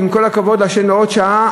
עם כל הכבוד לעוד שעה,